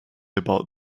about